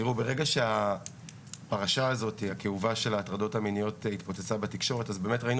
ברגע שהפרשה הכאובה של ההטרדות המיניות התפוצצה בתקשורת אז ראינו